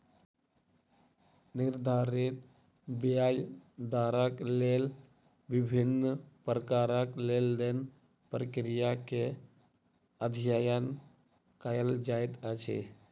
निर्धारित ब्याज दरक लेल विभिन्न प्रकारक लेन देन प्रक्रिया के अध्ययन कएल जाइत अछि